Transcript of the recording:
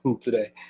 today